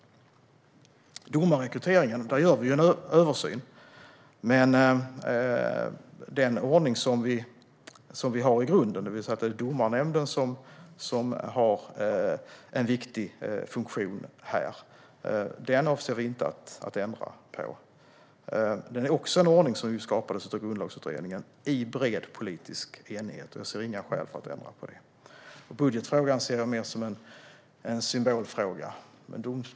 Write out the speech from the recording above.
Vad gäller domarrekryteringen gör vi en översyn, men den ordning som vi har i grunden, där Domarnämnden har en viktig funktion, avser vi inte att ändra på. Det är också en ordning som skapades av Grundlagsutredningen i bred politisk enighet. Jag ser inga skäl att ändra på den. Budgetfrågan ser jag mer som en symbolfråga.